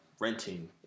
renting